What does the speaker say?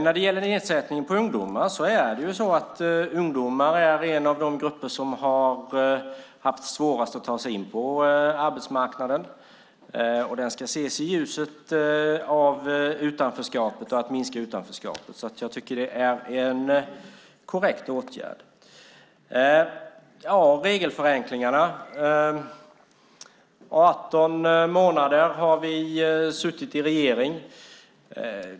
När det gäller nedsättningen för ungdomar är det så att ungdomar är en av de grupper som har haft svårast att ta sig in på arbetsmarknaden. Nedsättningen ska ses i ljuset av strävan att minska utanförskapet. Jag tycker att det är en korrekt åtgärd. Under 18 månader har vi suttit i regering.